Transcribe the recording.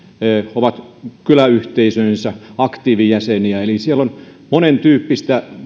ovat kyläyhteisöjensä aktiivijäseniä eli siellä on monentyyppistä